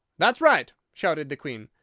that's right! shouted the queen.